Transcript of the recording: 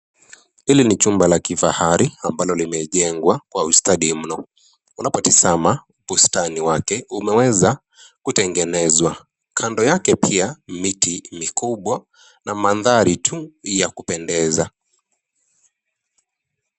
Hili ni chumba la kifahari ambalo limejengwa kwa ustadi mno. Unapotazama bustani wake umeweza kutengenezwa. Kando yake pia miti mikubwa na mandhari tu yakupendeza.